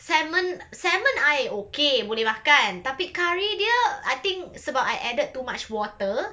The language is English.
salmon salmon I okay boleh makan tapi curry dia I think sebab I added too much water